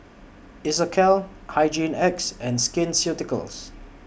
Isocal Hygin X and Skin Ceuticals